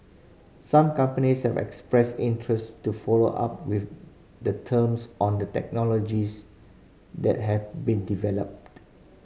some companies have expressed interest to follow up with the terms on the technologies that have been developed